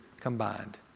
combined